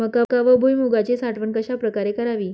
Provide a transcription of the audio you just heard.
मका व भुईमूगाची साठवण कशाप्रकारे करावी?